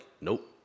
nope